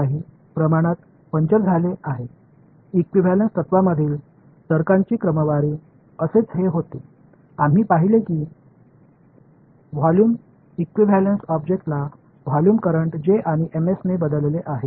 எனவே இவைதான் ஈகியூவேளன்ஸ் கொள்கைகளுக்குப் பின்னால் இருக்கும் பகுத்தறிவு நாம் பார்த்த வால்யூம் ஈகியூவேளன்ஸ் நாம் பார்த்த தொகுதி மின்னோட்டம் J மற்றும் Ms ஆகியவற்றால் மாற்றப்பட்டது